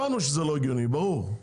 הבנו שזה לא הגיוני, ברור.